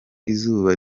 izuba